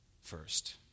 first